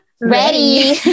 Ready